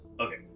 okay